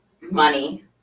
money